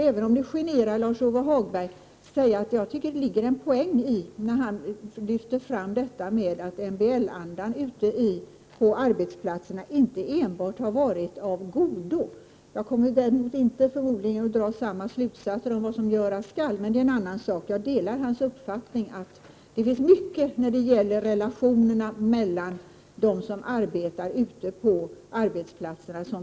Även om det generar Lars-Ove Hagberg, måste jag säga att jag tycker det ligger en poäng i att han lyfter fram att MBL-andan ute på arbetsplatserna inte enbart har varit av godo. Däremot kommer jag förmodligen inte att dra samma slutsatser om vad som göras skall, men det är en annan sak. Jag delar hans uppfattning, att det finns mycket som kan förbättras när det gäller relationerna mellan dem som arbetar ute på arbetsplatserna.